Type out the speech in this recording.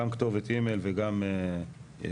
גם כתובת אימייל וגם ווטסאפ,